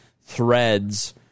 threads